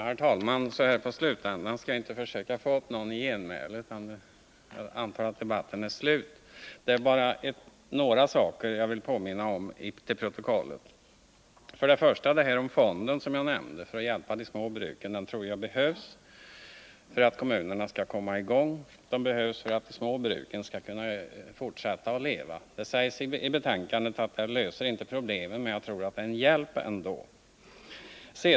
Herr talman! Jag skall så här på slutändan inte försöka locka upp någon till genmäle — jag antar att debatten nu är slut. Jag vill bara anföra några saker till protokollet. För det första tror jag att den av mig nämnda fonden, som är avsedd att hjälpa de små bruken, behövs för att kommunerna skall komma i gång med en verksamhet på detta område och för att de små bruken skall kunna överleva. Det framhålls i betänkandet att fonden inte löser problemen, men jag tror ändå att den kan ge ett bidrag.